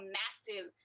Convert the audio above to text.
massive